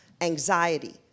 anxiety